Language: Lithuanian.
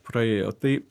praėjo tai